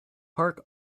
park